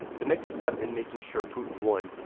the next step in making sure putin won,